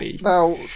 now